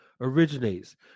originates